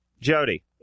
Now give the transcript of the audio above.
Jody